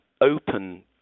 open